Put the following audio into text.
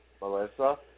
Melissa